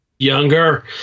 younger